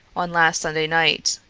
on last sunday night.